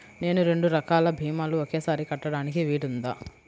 నేను రెండు రకాల భీమాలు ఒకేసారి కట్టడానికి వీలుందా?